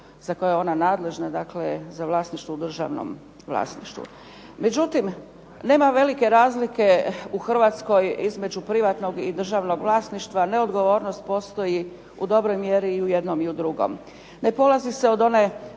za koje je ona nadležna, dakle za vlasništvo u državnom vlasništvu. Međutim, nema velike razlike između privatnog i državnog vlasništva u Hrvatskoj. Ne odgovornost postoji u dobroj mjeri i u jednom i u drugom. Ne polazi se od one